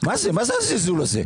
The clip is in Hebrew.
מה זה הזלזול הזה?